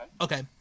Okay